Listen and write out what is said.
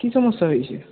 কি সমস্যা হয়েছে